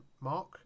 Mark